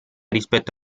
rispetto